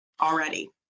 already